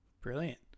Brilliant